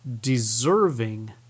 deserving